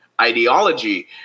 ideology